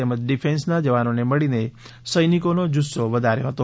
તેમજ ડિફેન્સના જવાનોને મળી સૈનિકોનો જુસ્સો વધાર્યો હતો